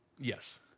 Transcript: Yes